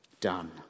Done